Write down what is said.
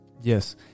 Yes